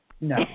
No